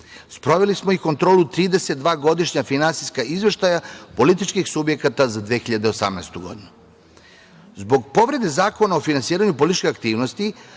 Sproveli smo i kontrolu 32 godišnja finansijska izveštaja političkih subjekata za 2018. godinu. Zbog povrede Zakona o finansiranju političke aktivnosti